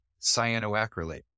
cyanoacrylate